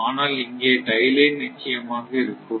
ஆனால் இங்கே tie line நிச்சயமாக இருக்கும்